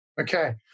okay